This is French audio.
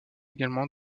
également